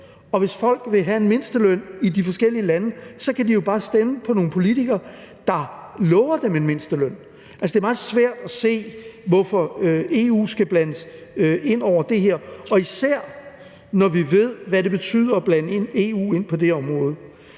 Og hvis folk vil have en mindsteløn i de forskellige lande, kan de jo bare stemme på nogle politikere, der lover dem en mindsteløn. Altså, det er meget svært at se, hvorfor EU skal blandes ind i det her, især når vi ved, hvad det betyder at blande EU ind i det her område.